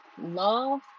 love